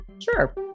Sure